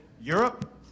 Europe